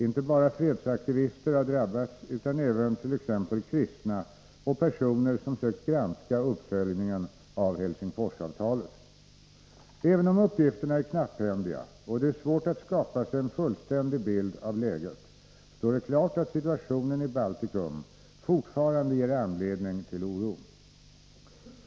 Inte bara fredsaktivister har drabbats utan även t.ex. kristna och personer som sökt granska uppföljningen av Helsingforsavtalet. Även om uppgifterna är knapphändiga och det är svårt att skapa sig en fullständig bild av läget, står det klart att situationen i Baltikum fortfarande ger anledning till oro.